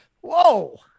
Whoa